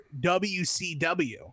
WCW